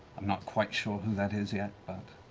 i'm not quite sure who that is yet, but